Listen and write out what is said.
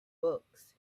books